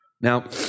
Now